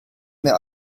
mehr